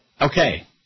Okay